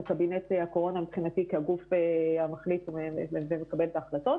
וקבינט הקורונה מבחינתי כגוף המחליט ומקבל את ההחלטות